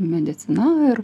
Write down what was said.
medicina ir